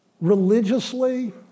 religiously